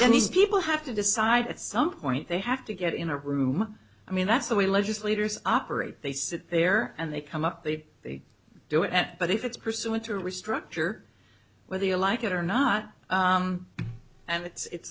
these people have to decide at some point they have to get in a room i mean that's the way legislators operate they sit there and they come up they they do it but if it's pursuant to restructure whether you like it or not and it's